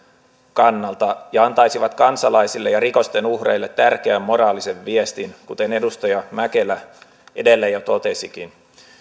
kannalta ja antaisivat kansalaisille ja rikosten uhreille tärkeän moraalisen viestin kuten edustaja mäkelä edellä jo totesikin